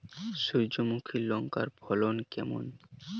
সূর্যমুখী লঙ্কার ফলন কেমন?